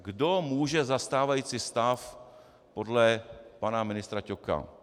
Kdo může za stávající stav podle pana ministra Ťoka?